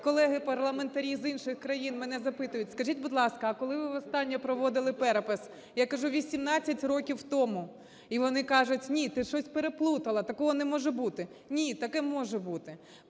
колеги-парламентарі з інших країн мене запитують: "Скажіть, будь ласка, а коли ви востаннє проводили перепис? - я кажу, - 18 років тому". І вони кажуть: "Ні, ти щось переплутала, такого не може бути". Ні, таке може бути.